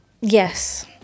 Yes